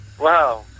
Wow